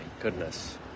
goodness